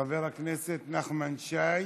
חבר הכנסת נחמן שי.